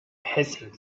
hissing